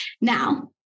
Now